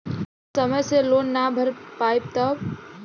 हम समय से लोन ना भर पईनी तब?